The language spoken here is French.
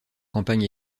campagne